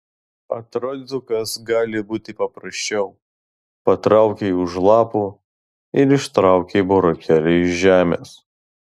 atrodytų kas gali būti paprasčiau patraukei už lapų ir ištraukei burokėlį iš žemės